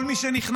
כל מי שנכנס,